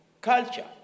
culture